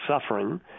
suffering